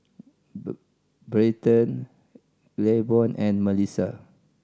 Bryton Claiborne and Melisa